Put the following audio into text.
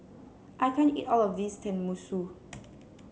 I can't eat all of this Tenmusu